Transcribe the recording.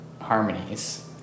harmonies